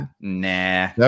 Nah